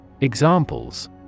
Examples